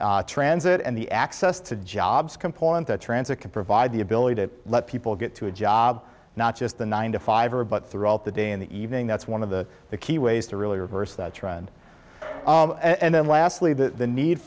transmit and the access to jobs component that transit can provide the ability to let people get to a job not just the nine to five or but throughout the day in the evening that's one of the key ways to really reverse that trend and then lastly the need